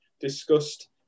discussed